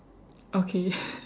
okay